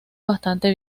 bastante